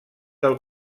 del